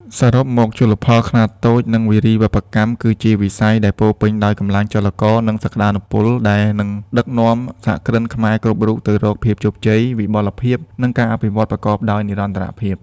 សរុបមក ជលផលខ្នាតតូច និងវារីវប្បកម្ម គឺជាវិស័យដែលពោពេញដោយកម្លាំងចលករ និងសក្ដានុពល ដែលនឹងដឹកនាំសហគ្រិនខ្មែរគ្រប់រូបទៅរកភាពជោគជ័យ វិបុលភាព និងការអភិវឌ្ឍប្រកបដោយនិរន្តរភាព។